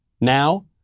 now